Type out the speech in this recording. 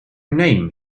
name